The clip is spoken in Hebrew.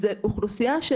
זאת אוכלוסייה,